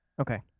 Okay